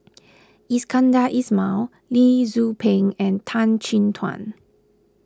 Iskandar Ismail Lee Tzu Pheng and Tan Chin Tuan